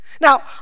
Now